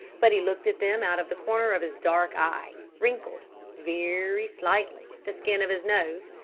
but he looked at them out of the corner of his dark eye, wrinkled very slightly the skin of his nose,